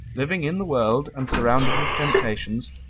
living in the world and surrounded with temptations,